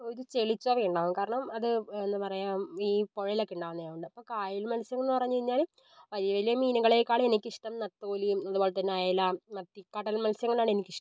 ഒരു ചെളിച്ചെവ ഉണ്ടാകും കാരണം അത് എന്താ പറയുക ഈ പുഴയിലൊക്കെ ഉണ്ടാകുന്നത് ആയതുകൊണ്ട് അപ്പം കായൽ മത്സ്യങ്ങൾ എന്ന് പറഞ്ഞു കഴിഞ്ഞാൽ വലിയ വലിയ മീനുകളേക്കാളും എനിക്കിഷ്ടം നത്തോലി അതുപോലെ തന്നെ അയല മത്തി കടൽ മത്സ്യങ്ങളാണ് എനിക്കിഷ്ടം